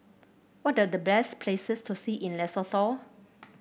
what are the best places to see in Lesotho